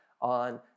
on